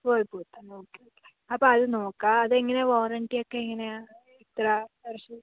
Whirlpool അപ്പോൾ അത് നോക്കാം അതെങ്ങനെയാണ് വാറൻ്റിയൊക്കെ എങ്ങനെയാണ് എത്ര വർഷം